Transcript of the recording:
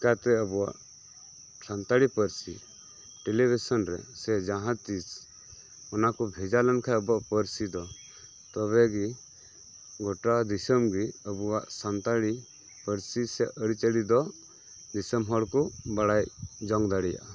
ᱪᱤᱠᱟᱹ ᱛᱮ ᱟᱵᱚᱣᱟᱜ ᱥᱟᱱᱛᱟᱞᱤ ᱯᱟᱹᱨᱥᱤ ᱴᱮᱞᱤ ᱵᱷᱤᱥᱚᱱ ᱨᱮ ᱥᱮ ᱡᱟᱦᱟᱸ ᱛᱤᱥ ᱚᱱᱟ ᱠᱚ ᱵᱷᱮᱡᱟ ᱞᱮᱱᱠᱷᱟᱱ ᱟᱵᱚᱣᱟᱜ ᱯᱟᱹᱨᱥᱤ ᱫᱚ ᱛᱚᱵᱮ ᱜᱮ ᱜᱚᱴᱟ ᱫᱤᱥᱚᱢ ᱜᱮ ᱟᱵᱚᱣᱟᱜ ᱥᱟᱱᱛᱟᱲᱤ ᱯᱟᱹᱨᱥᱤ ᱟᱹᱨᱤ ᱪᱟᱞᱤ ᱫᱚ ᱫᱤᱥᱚᱢ ᱦᱚᱲ ᱠᱚ ᱵᱟᱲᱟᱭ ᱡᱚᱝ ᱫᱟᱲᱮᱭᱟᱜᱼᱟ